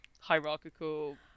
hierarchical